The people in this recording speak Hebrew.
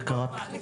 איך קראתם לזה.